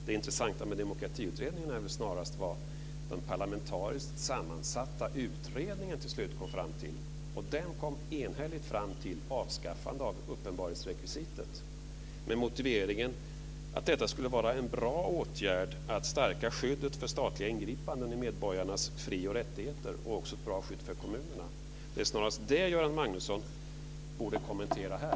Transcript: Det intressanta med Demokratiutredningen lär väl snarast vara vad den parlamentariskt sammansatta utredningen till sist kom fram till, och den kom enhälligt fram till ett avskaffande av uppenbarhetsrekvisitet med motiveringen att detta skulle vara en bra åtgärd för att stärka skyddet för statliga ingripanden i medborgarnas fri och rättigheter och också ett bra skydd för kommunerna. Det är snarare detta Göran Magnusson borde kommentera här.